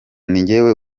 ninjye